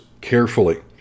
carefully